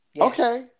Okay